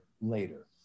later